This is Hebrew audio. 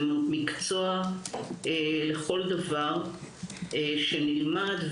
זה מקצוע לכל דבר שנלמד,